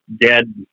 dead